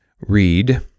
read